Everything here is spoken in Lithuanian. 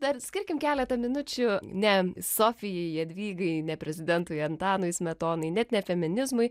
dar skirkim keletą minučių ne sofijai jadvygai ne prezidentui antanui smetonai net ne feminizmui